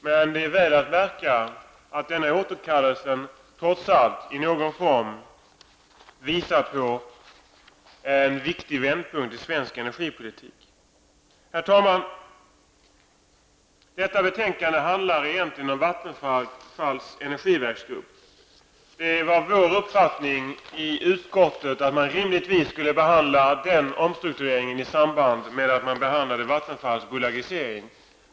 Men det är, väl att märka så att denna återkallellse trots allt i någon form visar på en viktig vändpunkt i svensk energipolitik. Herr talman! Detta betänkande egentligen om Vattenfalls energiverksgrupp. Vår uppfattning i utskottet var att man rimligtvis skulle behandla dennas omstruktureringen i samband med behandlingen av Vattenfalls bolagisering.